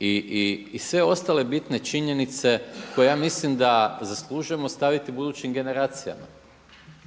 i sve ostale bitne činjenice koje ja mislim da zaslužujemo ostaviti budućim generacijama.